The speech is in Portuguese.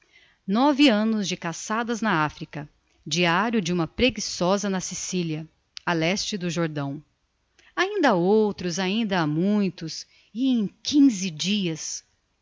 caucaso nove annos de caçadas na africa diario de uma preguiçosa na sicilia a leste do jordão ainda ha outros ainda ha muitos e em quinze dias